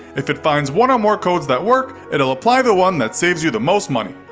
if it finds one or more codes that work, it'll apply the one that saves you the most money.